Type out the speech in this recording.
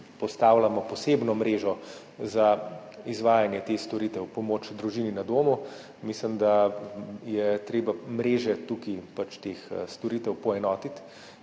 postavljamo posebno mrežo za izvajanje teh storitev, pomoč družini na domu. Mislim, da je treba mreže teh storitev poenotiti